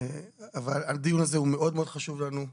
אבל הדיון הזה הוא מאוד מאוד חשוב לנו.